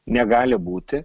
negali būti